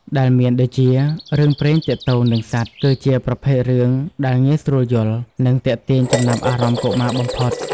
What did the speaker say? ដែលមានដូចជា រឿងព្រេងទាក់ទងនឹងសត្វ គឺជាប្រភេទរឿងដែលងាយស្រួលយល់ និងទាក់ទាញចំណាប់អារម្មណ៍កុមារបំផុត។